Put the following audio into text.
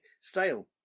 style